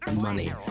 money